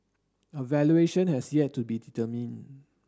a valuation has yet to be determine